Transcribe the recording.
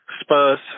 Spurs